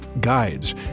guides